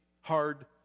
hard